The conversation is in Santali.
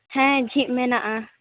ᱦᱮᱸ ᱡᱷᱤᱡ ᱢᱮᱱᱟᱜᱼᱟ